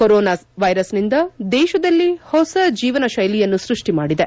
corona ವೈರಸ್ನಿಂದ ದೇಶದಲ್ಲಿ ಹೊಸ ಜೀವನಶೈಲಿಯನ್ನು ಸ್ಪಷ್ಟಿ ಮಾಡಿದೆ